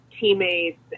teammates